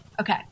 okay